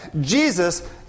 Jesus